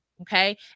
Okay